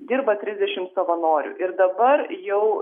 dirba trisdešim savanorių ir dabar jau